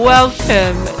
Welcome